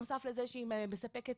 זה האופן שבו הרשויות המקומיות